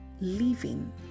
living